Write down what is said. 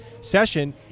session